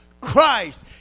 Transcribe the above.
Christ